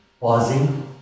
pausing